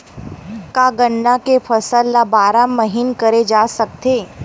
का गन्ना के फसल ल बारह महीन करे जा सकथे?